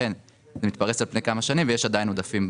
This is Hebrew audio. לכן זה מתפרס על פני כמה שנים ויש עדיין עודפים.